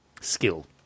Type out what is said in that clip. skill